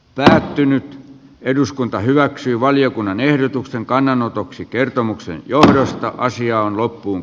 lähdin nyt eduskunta hyväksyy valiokunnan ehdotuksen kannanotoksi kertomuksen johdosta asia on loppuun